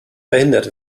verhindert